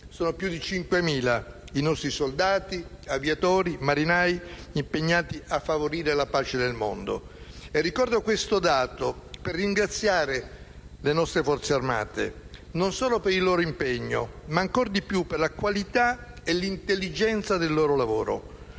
Sono più di 5.000 i nostri soldati, aviatori, marinai impegnati a favorire la pace nel mondo. Ricordo questo dato per ringraziare le nostre Forze armate non solo per il loro impegno, ma ancora di più per la qualità e l'intelligenza del loro lavoro.